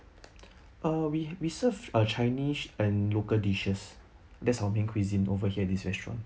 uh we we serve uh chinese and local dishes that's our main cuisine over here this restaurant